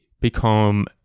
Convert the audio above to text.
become